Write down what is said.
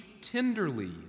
tenderly